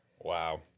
Wow